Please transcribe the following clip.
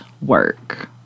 work